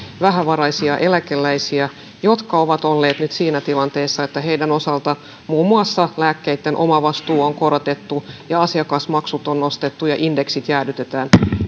vähävaraisia eläkeläisiä jotka ovat olleet nyt siinä tilanteessa että heidän osaltaan muun muassa lääkkeitten omavastuuta on korotettu ja asiakasmaksuja on nostettu ja indeksit jäädytetään